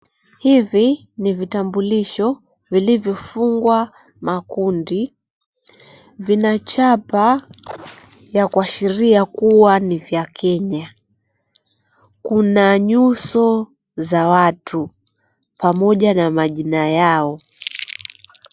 Hivi ni vitambulisho vilivyofungwa makundi. Vina chapa ya kuashiria kuwa ni vya Kenya. Kuna nyuso za watu pamoja na majina yao.